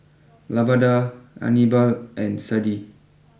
Lavada Anibal and Sadie